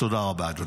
תודה רבה, אדוני.